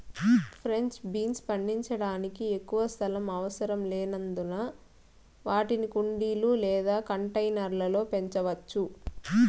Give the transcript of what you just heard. French beans పండించడానికి ఎక్కువ స్థలం అవసరం లేనందున వాటిని కుండీలు లేదా కంటైనర్ల లో పెంచవచ్చు